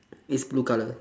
it's blue colour